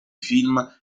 film